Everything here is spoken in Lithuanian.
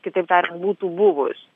kitaip tariant būtų buvus